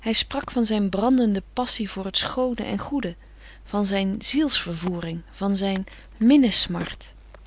hij sprak van zijn brandende passie voor het schoone en goede van zijn ziels vervoering van zijn